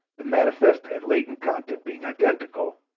the manifest and latent content being identical,